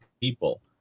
people